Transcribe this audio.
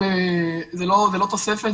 זו לא תוספת,